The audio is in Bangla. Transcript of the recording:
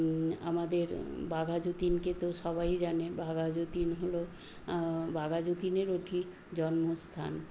আমাদের বাঘা যতীনকে তো সবাই জানে বাঘা যতীন হল বাঘা যতীনের ওটি জন্মস্থান